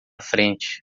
frente